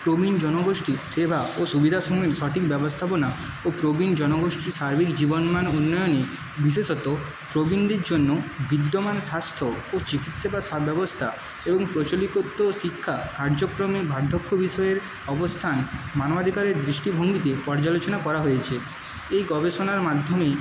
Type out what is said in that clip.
প্রবীণ জনগোষ্ঠীর সেবা ও সুবিধাসমেত সঠিক ব্যবস্থাপনা ও প্রবীণ জনগোষ্ঠীর সার্বিক জীবন মান উন্নয়নে বিশেষত প্রবীণদের জন্য বিদ্যমান স্বাস্থ্য ও চিকিৎসা বা ব্যবস্থা এবং প্রচলিতত্ত্ব শিক্ষা কার্যক্রমে বার্ধক্য বিষয়ের অবস্থান মানবাধিকারের দৃষ্টিভঙ্গিতে পর্যালোচনা করা হয়েছে এই গবেষণার মাধ্যমেই